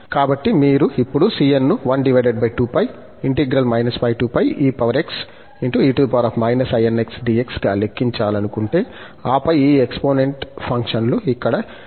కాబట్టి మీరు ఇప్పుడు cn ను గా లెక్కించాలనుకుంటే ఆపై ఈ ఎక్సపోనెంట్ ఫంక్షనలు ఇక్కడ e 1−